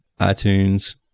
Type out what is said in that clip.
itunes